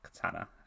katana